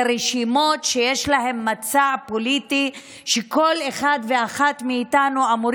לרשימות שיש להן מצע פוליטי שכל אחד ואחת מאיתנו אמור